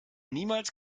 niemals